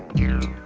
year